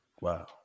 Wow